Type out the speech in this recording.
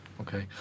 Okay